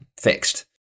fixed